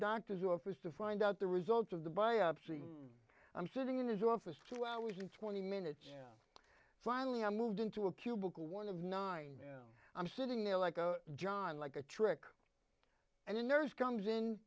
doctor's office to find out the results of the biopsy i'm sitting in his office two hours and twenty minutes finally i moved into a cubicle one of nine now i'm sitting there like a john like a trick and a nurse comes in